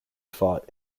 fought